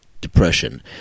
depression